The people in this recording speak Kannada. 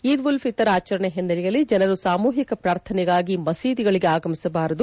ಈದ್ ಉಲ್ ಫಿತರ್ ಆಚರಣೆ ಹಿನ್ನೆಲೆಯಲ್ಲಿ ಜನರು ಸಾಮೂಹಿಕ ಪ್ರಾರ್ಥನೆಗಾಗಿ ಮಸೀದಿಗಳಿಗೆ ಆಗಮಿಸಬಾರದು